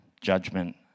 Judgment